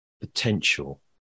potential